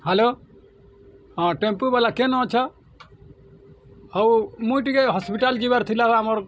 hello ହଁ tempo ବାଲା କେନ୍ ଅଛ ହଉ ମୁଇଁ ଟିକେ ହସ୍ପିଟାଲ୍ ଯିବାର୍ ଥିଲା ଆମର୍